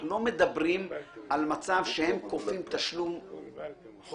אנחנו לא מדברים על מצב שהם כופים תשלום חוב.